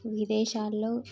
విదేశాల్లో